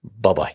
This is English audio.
Bye-bye